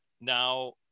now